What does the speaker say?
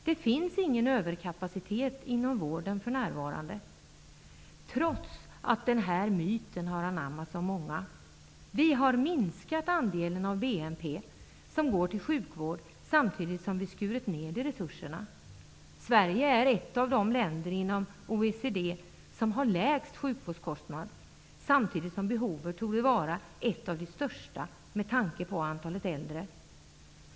Det finns för närvarande ingen överkapacitet inom vården -- trots att denna myt har anammats av många. Vi har minskat andelen av BNP som går till sjukvård, samtidigt som vi skurit ned i resurserna. Sverige är ett av de länder inom OECD som har lägst sjukvårdskostnader, samtidigt som behovet torde vara ett av de största med tanke på antalet äldre.